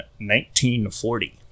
1940